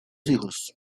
hijos